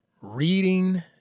Reading